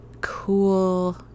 cool